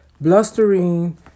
blustering